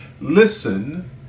listen